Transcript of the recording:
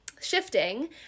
shifting